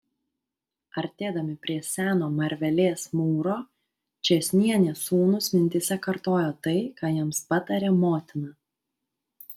artėdami prie seno marvelės mūro čėsnienės sūnūs mintyse kartojo tai ką jiems patarė motina